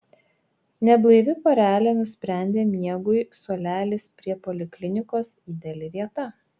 neblaivi porelė nusprendė miegui suolelis prie poliklinikos ideali vieta